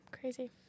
crazy